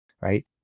Right